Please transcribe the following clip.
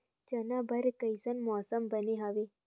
चना बर कइसन मौसम बने हवय?